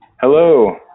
Hello